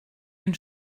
den